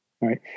Right